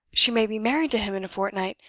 she may be married to him in a fortnight!